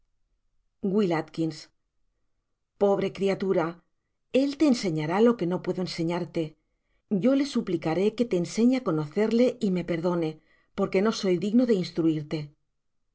w a pobre criatural el te enseñará lo que no puedo enseñarte yo le suplicaré que te enseñe á conocerle y me perdone porque no soy digno de instruirte